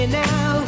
now